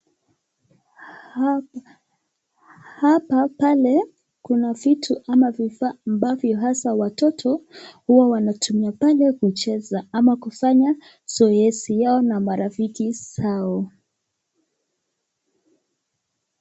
Hapa pale kuna vitu ama ambavyo hasa watoto huwa wanatumia pale kucheza ama kufanya zoezi yao na marafiki zao.